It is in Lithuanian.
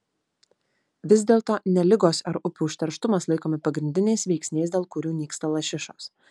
vis dėlto ne ligos ar upių užterštumas laikomi pagrindiniais veiksniais dėl kurių nyksta lašišos